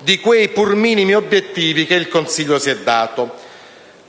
di quei pur minimi obiettivi che il Consiglio si è dato.